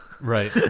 right